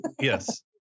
yes